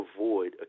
avoid